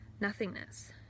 nothingness